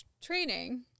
training